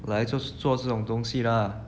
来就是做这种东西 lah